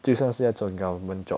就算是那种 government job